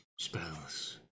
spells